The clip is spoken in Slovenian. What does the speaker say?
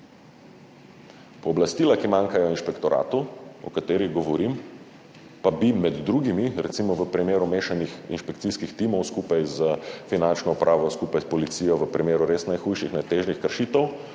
govorim in ki manjkajo inšpektoratu, pa bi med drugim recimo v primeru mešanih inšpekcijskih timov skupaj s finančno upravo, skupaj s policijo v primeru res najhujših, najtežjih kršitev,